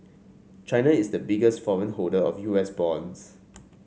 china is the biggest foreign holder of U S bonds